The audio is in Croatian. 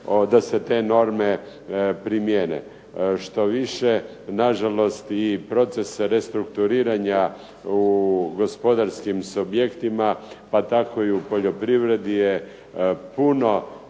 da se te norme primijene. Štoviše, na žalost i proces restrukturiranja u gospodarskim subjektima pa tako i u poljoprivredi je puno